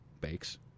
Bakes